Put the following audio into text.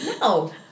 no